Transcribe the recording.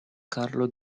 carlo